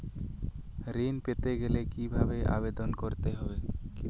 ঋণ পেতে গেলে কিভাবে আবেদন করতে হবে?